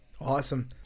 Awesome